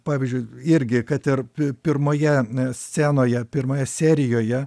pavyzdžiui irgi kad ir pirmoje scenoje pirmoje serijoje